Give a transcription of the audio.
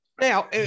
now